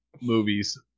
movies